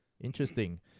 interesting